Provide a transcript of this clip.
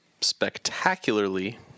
Spectacularly